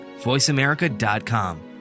voiceamerica.com